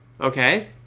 Okay